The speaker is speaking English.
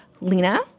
Lena